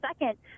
second